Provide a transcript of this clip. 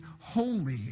holy